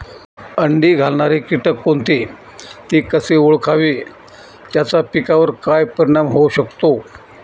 अंडी घालणारे किटक कोणते, ते कसे ओळखावे त्याचा पिकावर काय परिणाम होऊ शकतो?